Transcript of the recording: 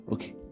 Okay